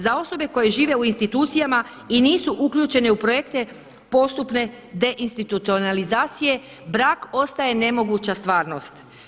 Za osobe koje žive u institucijama i nisu uključene u projekte postupne deinstitucionalizacije brak ostaje nemoguća stvarnost.